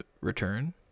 return